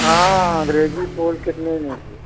हाँ अंग्रेज़ी फूल कितने में है